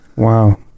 wow